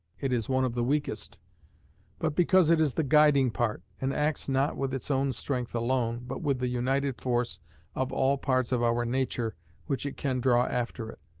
it is one of the weakest but because it is the guiding part, and acts not with its own strength alone, but with the united force of all parts of our nature which it can draw after it.